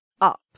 up